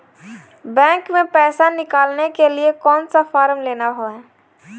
Bank में पैसा निकालने के लिए कौन सा फॉर्म लेना है?